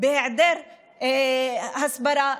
בהיעדר הסברה,